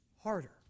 harder